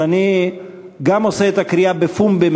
אז אני גם משמיע את הקריאה בפומבי,